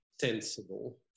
sensible